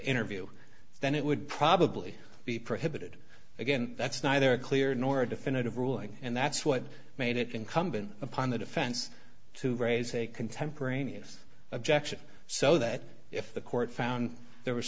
interview then it would probably be prohibited again that's neither a clear nor a definitive ruling and that's what made it incumbent upon the defense to raise a contemporaneous objection so that if the court found there was